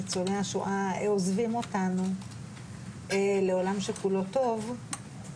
ניצולי השואה עוזבים אותנו לעולם שכולו טוב,